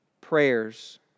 prayers